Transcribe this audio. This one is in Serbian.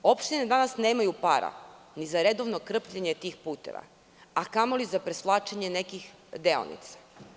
Opštine danas nemaju para ni za redovno krpljenje tih puteva, a kamoli za presvlačenje nekih deonica.